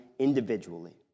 individually